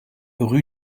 rue